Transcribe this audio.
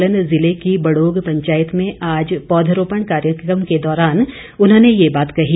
सोलन जिले की बड़ोग पंचायत में आज पौधरोपण कार्यक्रम के दौरान उन्होंने ये बात कही